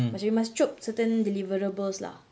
macam you must chope certain deliverables lah